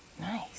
Nice